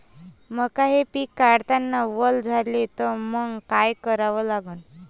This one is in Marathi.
मका हे पिक काढतांना वल झाले तर मंग काय करावं लागन?